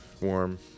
Warm